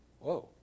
whoa